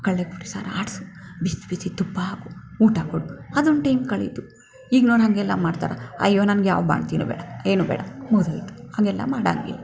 ಕಡ್ಲೆ ಕೊಬ್ಬರಿ ಸಾರು ಆಡಿಸು ಬಿಸಿ ಬಿಸಿ ತುಪ್ಪ ಹಾಕು ಊಟ ಕೊಡು ಅದೊಂದು ಟೈಮ್ ಕಳೀತು ಈಗ್ನವ್ರು ಹಾಗೆಲ್ಲ ಮಾಡ್ತಾರಾ ಅಯ್ಯೋ ನನ್ಗೆ ಯಾವ ಬಾಣಂತಿನು ಬೇಡ ಏನು ಬೇಡ ಮುಗಿದೋಯ್ತು ಹಾಗೆಲ್ಲ ಮಾಡೋಂಗಿಲ್ಲ